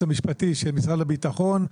המשפטי של משרד הביטחון,